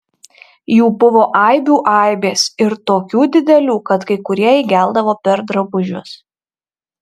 jų buvo aibių aibės ir tokių didelių kad kai kurie įgeldavo per drabužius